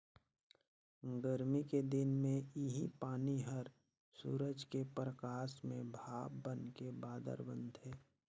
गरमी के दिन मे इहीं पानी हर सूरज के परकास में भाप बनके बादर बनथे